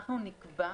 אנחנו נקבע,